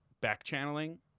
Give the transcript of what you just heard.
back-channeling